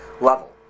level